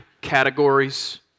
categories